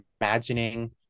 imagining